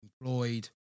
employed